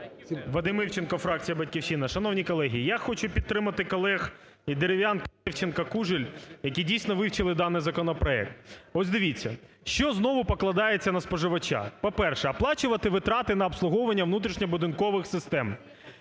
Вадим Івченко, фракція "Батьківщина". Шановні колеги, я хочу підтримати колег Дерев'янко, Левченко, Кужель, які дійсно вивчили даний законопроект. Ось дивіться, що знову покладається на споживача? По-перше, оплачувати витрати на обслуговування внутрішньобудинкових систем,